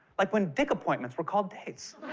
like when dick appointments were called dates.